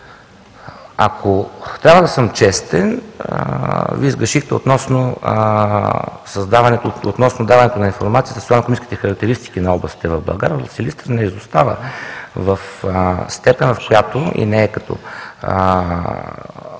Ако трябва да съм честен, Вие сгрешихте относно даването на информация за социално-икономическите характеристики на областите в България, но Силистра не изостава в степен, в която – и не е като